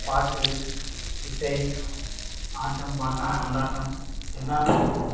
பாட்டு இசை ஆட்டம் பாட்டம் கொண்டாட்டம் எல்லாமே